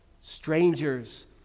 Strangers